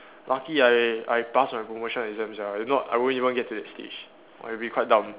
lucky ah I I pass my promotion exams ah if not I won't even get to that stage it will be quite dumb